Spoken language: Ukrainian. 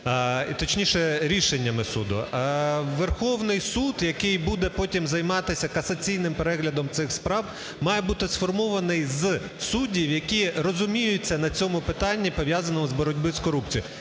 точніше, рішеннями суду. Верховний Суд, який буде потім займатися касаційним переглядом цих справ, має бути сформований з суддів, які розуміються на цьому питанні, пов'язаному з боротьбою з корупцією.